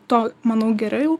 to manau geriau